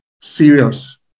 serious